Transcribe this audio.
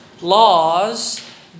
Laws